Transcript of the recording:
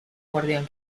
guardián